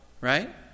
right